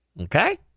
Okay